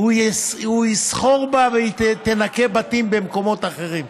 הוא יסחור בה והיא תנקה בתים במקומות אחרים.